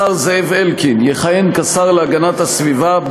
השר זאב אלקין יכהן כשר להגנת הסביבה,